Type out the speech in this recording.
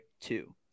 two